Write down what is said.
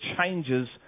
changes